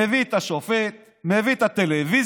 מביא את השופט, מביא את הטלוויזיות,